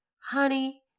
Honey